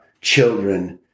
children